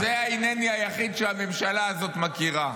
זה ה"הינני" היחיד שהממשלה הזאת מכירה.